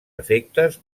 efectes